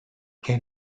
can